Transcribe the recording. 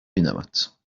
بینمت